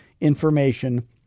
information